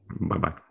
Bye-bye